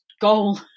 goal